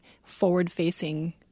forward-facing